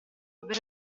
bere